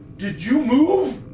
did you move?